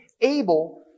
able